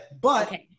but-